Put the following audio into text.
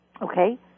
Okay